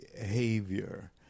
behavior